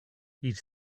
ils